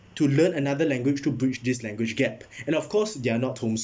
to learn another language to bridge this language gap and of course they are not homeschooled